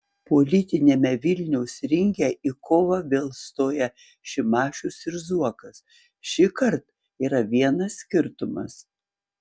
politiniame vilniaus ringe į kovą vėl stoja šimašius ir zuokas šįkart yra vienas skirtumas